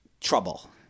trouble